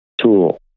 tool